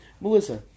Melissa